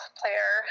player